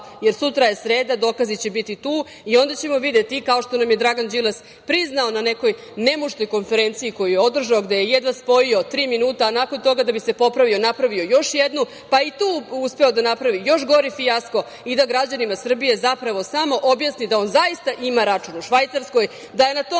jer sutra je sreda, dokazi će biti tu, i onda ćemo videti, kao što nam je Dragan Đilas priznao na nekoj nemuštoj konferenciji koju je održao, gde je jedva spojio tri minuta, a nakon toga, da bi se popravio, napravio još jednu, pa je i tu uspeo da napravi još gori fijasko, i da građanima Srbije, zapravo, samo objasni da on zaista ima račun u Švajcarskoj, da je na tom računu